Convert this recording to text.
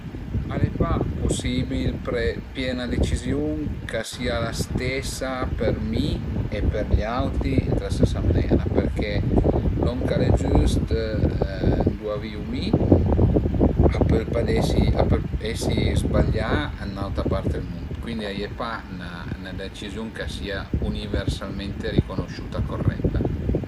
Al e pa pusibil pìé ìna deciziun ch'a sia la stesa për mi e për i auti ën la stesa manera perché lon ch'al e giüst ëndua viu mi a pöl pa esi a pöl esi zbaglià ën ün'autra part dël mund, cuindi a ie pa 'na deciziun ch'a sia universalmente riconosciuta corretta